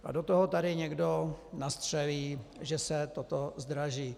A do toho tady někdo nastřelí, že se toto zdraží.